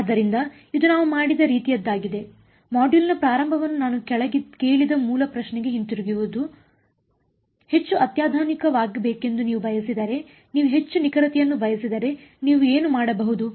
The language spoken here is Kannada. ಆದ್ದರಿಂದ ಇದು ನಾವು ಮಾಡಿದ ರೀತಿಯದ್ದಾಗಿದೆ ಮಾಡ್ಯೂಲ್ನ ಪ್ರಾರಂಭವನ್ನು ನಾನು ಕೇಳಿದ ಮೂಲ ಪ್ರಶ್ನೆಗೆ ಹಿಂತಿರುಗುವುದು ಹೆಚ್ಚು ಅತ್ಯಾಧುನಿಕವಾಗಬೇಕೆಂದು ನೀವು ಬಯಸಿದರೆ ನೀವು ಹೆಚ್ಚು ನಿಖರತೆಯನ್ನು ಬಯಸಿದರೆ ನೀವು ಏನು ಮಾಡಬಹುದು